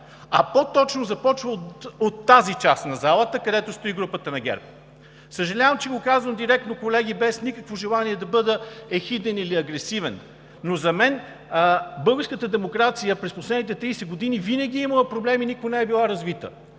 а по-точно започва от тази част на залата, където стои групата на ГЕРБ! Съжалявам, че го казвам директно, колеги, без никакво желание да бъда ехиден или агресивен, но за мен българската демокрация през последните 30 години винаги е имала проблеми и никога не е била развита!